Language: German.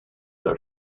der